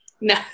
No